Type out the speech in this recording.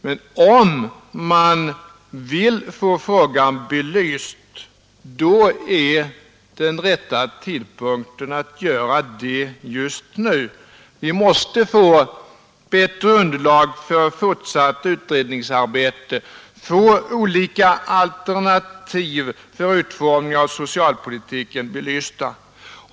Men om man verkligen vill få frågan belyst, då är den rätta tidpunkten att göra det just nu. Vi måste få bättre underlag för fortsatt utredningsarbete, få olika alternativ för utformningen av den framtida socialpolitiken belysta.